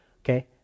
Okay